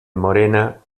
morena